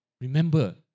Remember